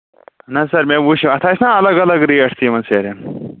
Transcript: نہ سا مےٚ وٕچھ اَتھ آسہِ نہ الگ الگ ریٹ تہِ یِمَن سیرٮ۪ن